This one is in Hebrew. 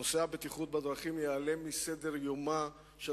נושא הבטיחות בדרכים ייעלם מסדר-יומה של